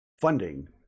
funding